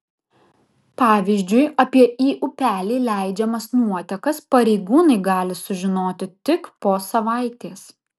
pavyzdžiui apie į upelį leidžiamas nuotekas pareigūnai gali sužinoti tik po savaitės